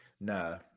Nah